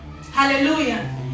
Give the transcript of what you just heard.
Hallelujah